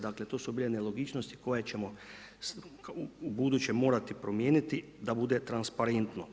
Dakle, to su bile nelogičnosti koje ćemo ubuduće morati promijeniti da bude transparentno.